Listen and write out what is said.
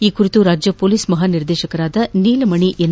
ಈ ಕುರಿತು ರಾಜ್ಯ ಪೊಲೀಸ್ ಮಹಾನಿರ್ದೇಶಕರಾದ ನೀಲಮಣಿ ಎನ್